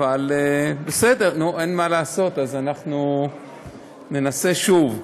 אבל בסדר, אין מה לעשות, אז אנחנו ננסה שוב.